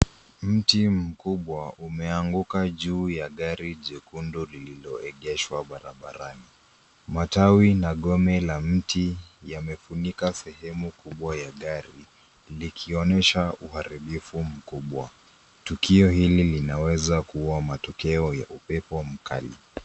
Mti mkubwa umeanguka juu ya gari jekundu lililoegeshwa barabarani. Matawi na ngome la mti yamefunika sehemu kubwa ya gari, likionesha uharibifu mkubwa. Tukio hili linaweza kua matukio ya upepo mkali